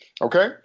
Okay